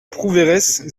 prouveiresse